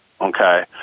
Okay